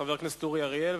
חבר הכנסת אורי אריאל,